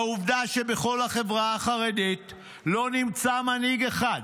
"העובדה שבכל החברה החרדית לא נמצא מנהיג אחד